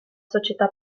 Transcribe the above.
società